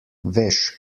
veš